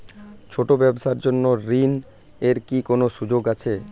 ছোট ব্যবসার জন্য ঋণ এর কি কোন সুযোগ আছে?